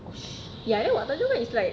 oh shit